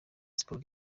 sports